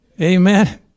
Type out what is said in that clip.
Amen